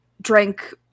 Drank